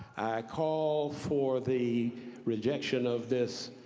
call for the rejection of this